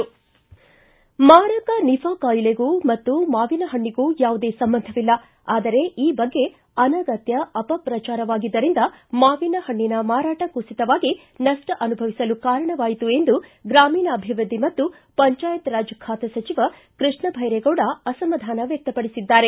ಮಾರಕ ನಿಘಾ ಕಾಯಿಲೆಗೂ ಮತ್ತು ಮಾವಿನ ಹಣ್ಣಿಗೂ ಯಾವುದೇ ಸಂಬಂಧವಿಲ್ಲ ಆದರೆ ಈ ಬಗ್ಗೆ ಆನಗತ್ತ ಅಪಪ್ರಚಾರವಾಗಿದ್ದರಿಂದ ಮಾವಿನ ಪಣ್ಣಿನ ಮಾರಾಟ ಕುಸಿತವಾಗಿ ನಷ್ಟ ಅನುಭವಿಸಲು ಕಾರಣವಾಯಿತು ಎಂದು ಗ್ರಾಮೀಣಾಭಿವೃದ್ಧಿ ಮತ್ತು ಪಂಚಾಯತ್ರಾಜ್ ಖಾತೆ ಸಚಿವ ಕೃಷ್ಣ ಭೈರೇಗೌಡ ಅಸಮಾಧಾನ ವ್ಯಕ್ತಪಡಿಸಿದ್ದಾರೆ